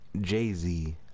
Jay-Z